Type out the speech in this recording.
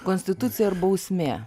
konstitucija ir bausmė